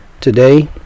today